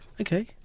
Okay